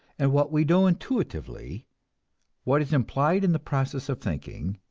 and what we know intuitively what is implied in the process of thinking,